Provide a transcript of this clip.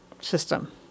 system